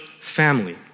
family